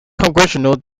congressional